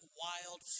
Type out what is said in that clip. wild